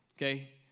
Okay